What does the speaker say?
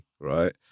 right